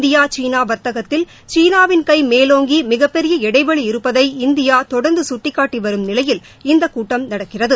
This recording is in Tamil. இந்தியா சீனா வர்த்தகத்தில் சீனாவிள் கை மேலோங்கி மிகப்பெரிய இடைவெளி இருப்பதை இந்தியா தொடர்ந்து குட்டிக்காட்டி வரும் நிலையில் இந்தக் கூட்டம் நடக்கிறது